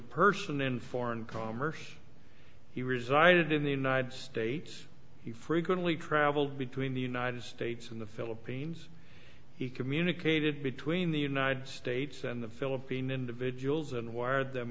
person in foreign commerce he resided in the united states he frequently traveled between the united states in the philippines he communicated between the united states and the philippine individuals and